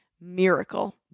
miracle